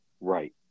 Right